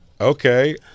okay